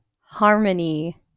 harmony